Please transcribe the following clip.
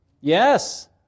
Yes